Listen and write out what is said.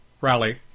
rally